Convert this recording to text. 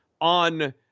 on